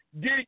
get